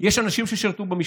יש אנשים ששירתו במשטרה,